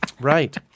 Right